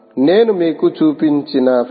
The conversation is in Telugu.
నేను మీకు చూపించిన ఫలితాలు 3